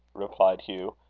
replied hugh.